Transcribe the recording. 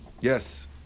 Yes